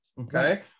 Okay